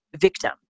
victim